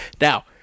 now